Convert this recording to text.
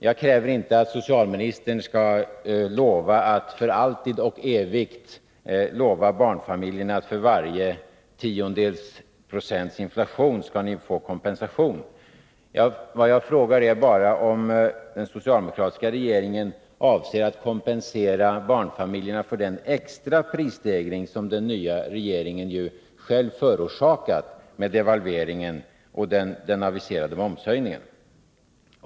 Jag kräver inte att socialministern skall lova att för alltid och evigt kompensera barnfamiljerna för varje tiondels procents inflation. Vad jag frågar är bara om den socialdemokratiska regeringen avser att kompensera barnfamiljerna för den extra prisstegring som den nya regeringen själv förorsakat med devalveringen och den aviserade momshöjningen.